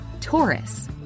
Taurus